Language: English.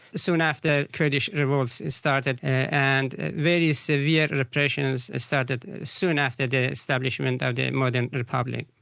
soon after the kurdish revolts started and very severe repressions started soon after the establishment of a modern republic.